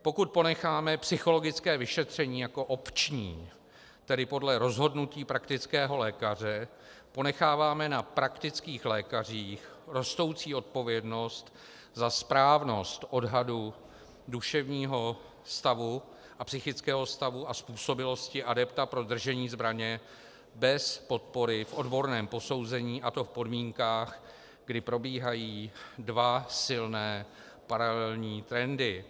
Pokud ponecháme psychologické vyšetření jako opční, tedy podle rozhodnutí praktického lékaře, ponecháváme na praktických lékařích rostoucí odpovědnost za správnost odhadu duševního stavu a psychického stavu a způsobilosti adepta pro držení zbraně bez podpory v odborném posouzení, a to v podmínkách, kdy probíhají dva silné paralelní trendy.